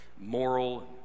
moral